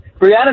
Brianna